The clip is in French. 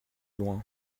loin